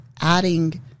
adding